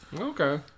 Okay